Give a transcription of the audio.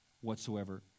whatsoever